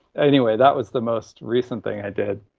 anyway, that was the most recent thing i did.